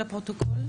הפרוטוקול.